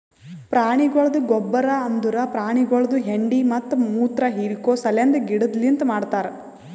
ಪ್ರಾಣಿಗೊಳ್ದ ಗೊಬ್ಬರ್ ಅಂದುರ್ ಪ್ರಾಣಿಗೊಳ್ದು ಹೆಂಡಿ ಮತ್ತ ಮುತ್ರ ಹಿರಿಕೋ ಸಲೆಂದ್ ಗಿಡದಲಿಂತ್ ಮಾಡ್ತಾರ್